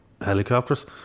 helicopters